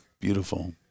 Beautiful